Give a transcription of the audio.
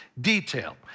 detail